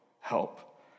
help